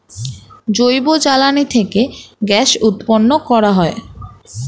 জৈব জ্বালানি থেকে গ্যাস উৎপন্ন করা যায়